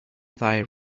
thy